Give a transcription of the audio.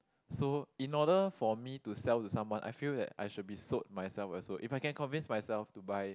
so in order for me to sell to someone I feel that I should be sold myself also if I can convince myself to buy